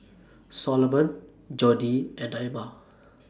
Soloman Jodi and Naima